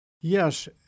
Yes